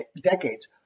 decades